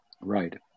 right